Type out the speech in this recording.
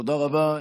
תודה רבה.